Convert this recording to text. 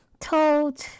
told